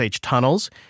tunnels